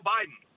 Biden